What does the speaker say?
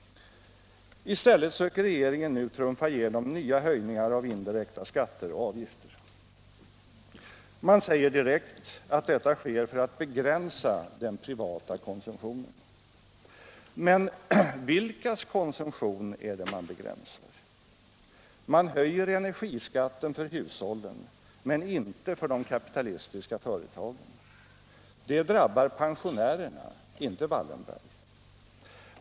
I stället söker regeringen nu trumfa igenom nya höjningar av indirekta skatter och avgifter. Man säger direkt att detta sker för att begränsa den privata konsumtionen. Men vilkas konsumtion är det man begränsar? Man höjer energiskatten för hushållen, men inte för de kapitalistiska företagen. Det drabbar pensionärerna, inte Wallenberg.